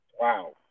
Wow